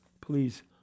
Please